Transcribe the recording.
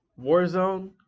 Warzone